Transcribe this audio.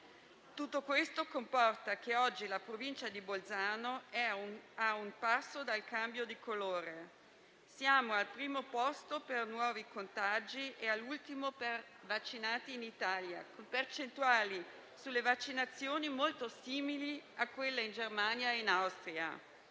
Tutto questo comporta che oggi la provincia di Bolzano è a un passo dal cambio di colore. Siamo al primo posto per nuovi contagi e all'ultimo per vaccinati in Italia, con percentuali di vaccinazioni molto simili a quelle di Germania e Austria.